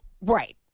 Right